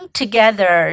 together